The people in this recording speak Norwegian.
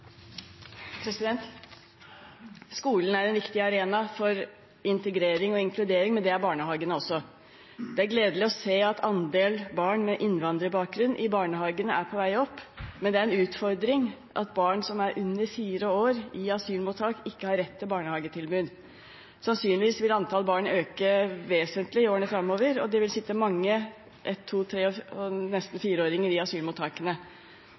barnehagene også. Det er gledelig å se at i barnehagene er andelen barn med innvandrerbakgrunn på vei opp, men det er en utfordring at barn som er under fire år i asylmottak, ikke har rett til barnehagetilbud. Sannsynligvis vil antall barn øke vesentlig i årene framover, og det vil sitte mange ett-, to-, tre- og nesten fire-åringer i asylmottakene.